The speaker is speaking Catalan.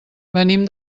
venim